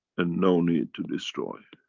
and no need to destroy.